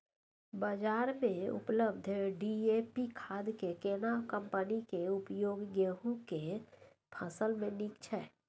बाजार में उपलब्ध डी.ए.पी खाद के केना कम्पनी के उपयोग गेहूं के फसल में नीक छैय?